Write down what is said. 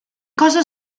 cosa